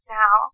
now